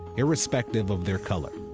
irrespective of their color.